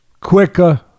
quicker